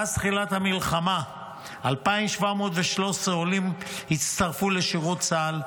מאז תחילת המלחמה הצטרפו 2,713 עולים לשורות צה"ל,